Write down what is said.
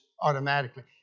automatically